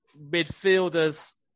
midfielders